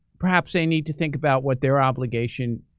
perhaps they need to think about what their obligation